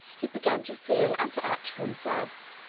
he began to feel and to act for himself